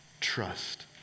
trust